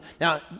Now